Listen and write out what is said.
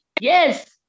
yes